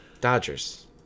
Dodgers